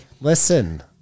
listen